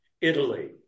Italy